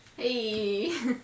Hey